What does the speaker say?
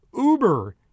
Uber